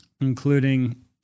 including